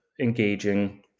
engaging